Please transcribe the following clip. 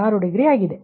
6 degree ಆಗಿದೆ